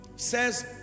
says